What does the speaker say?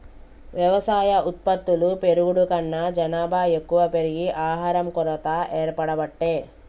వ్యవసాయ ఉత్పత్తులు పెరుగుడు కన్నా జనాభా ఎక్కువ పెరిగి ఆహారం కొరత ఏర్పడబట్టే